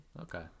Okay